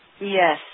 Yes